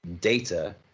data